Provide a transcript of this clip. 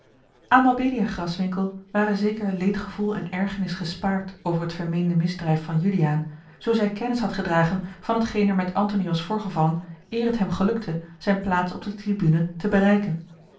aan mabelia graswinckel ware zeker leedgevoel en ergernis gespaard over het vermeende misdrijf van juliaan zoo zij kennis had gedragen van t geen er met antony was voorgevallen eer het hem gelukte zijne plaats op de tribune te bereiken